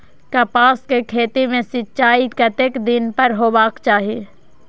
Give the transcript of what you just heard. कपास के खेती में सिंचाई कतेक दिन पर हेबाक चाही?